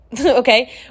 okay